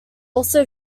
also